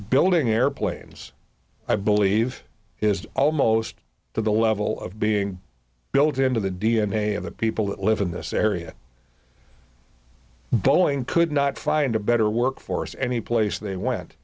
building airplanes i believe is almost to the level of being built into the d n a of the people that live in this area boeing could not find a better workforce any place they went